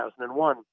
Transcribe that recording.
2001